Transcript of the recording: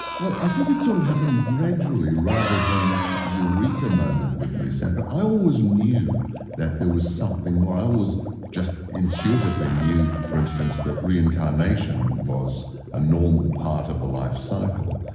well, i think that it sort of happened gradually rather than the eureka moment with me, sandra. i always knew that there was something more. i always just intuitively knew, for instance, that reincarnation was a normal part of the life-cycle.